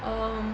um